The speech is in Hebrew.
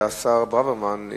והשר ברוורמן,